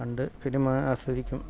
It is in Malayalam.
കണ്ട് ഫിലിം ആസ്വദിക്കും